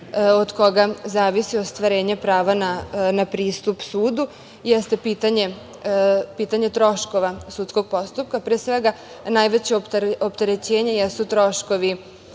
od koga zavisi ostvarenje prava na pristup sudu jeste pitanje troškova sudskog postupka, pre svega najveće opterećenje jesu troškovi